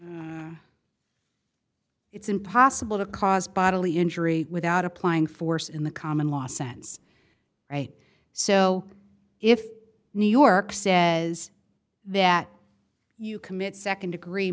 as it's impossible to cause bodily injury without applying force in the common law sense right so if new york says that you commit nd degree